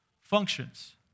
functions